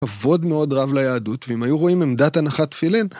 כבוד מאוד רב ליהדות, ואם היו רואים עמדת הנחת תפילין...